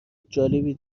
جالبی